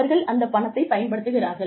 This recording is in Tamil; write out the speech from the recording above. அவர்கள் அந்த பணத்தைப் பயன்படுத்துகிறார்கள்